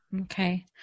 Okay